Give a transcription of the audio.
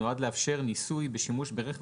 נועד לאפשר ניסוי בשימוש ברכב,